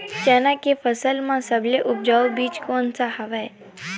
चना के फसल म सबले उपजाऊ बीज कोन स हवय?